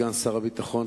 סגן שר הביטחון,